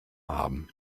haben